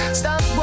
stop